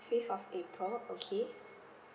fifth of april okay